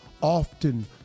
Often